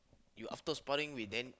you after sparring with Dan